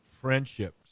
friendships